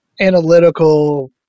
analytical